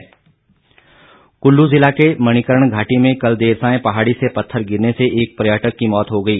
दुर्घटना कुल्लू जिला के मणिकर्ण घाटी में कल देर सांय पहाड़ी से पत्थर गिरने से एक पर्यटक की मौत हो गई